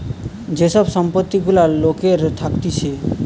যে সব সম্পত্তি গুলা লোকের থাকতিছে